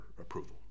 approval